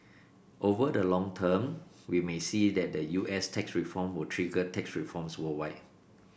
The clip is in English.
over the long term we may see that the U S tax reform will trigger tax reforms worldwide